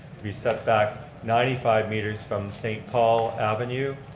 to be set back ninety five meters from st paul avenue.